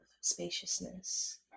spaciousness